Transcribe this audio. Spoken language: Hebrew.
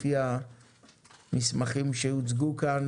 לפי המסמכים שהוצגו כאן,